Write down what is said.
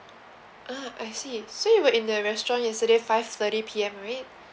ah I see so you were in the restaurant yesterday five-thirty P_M right